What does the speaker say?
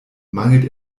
mangelt